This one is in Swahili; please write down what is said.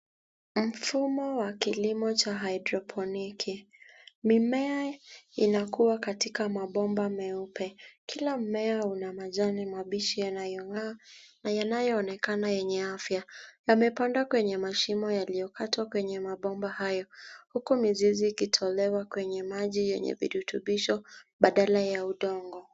Mfumo wa kilimo cha haidroponiki. Mimea inakua katika mabomba meupe. Kila mmea una majani mabichi yanayong'aa na yanayoonekana yenye afya. Yamepandwa kwenye mashimo yaliyokatwa kwenye mabomba hayo huku mizizi ikitolewa kwenye maji yenye virutubisho badala ya udongo.